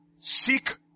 seek